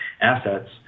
assets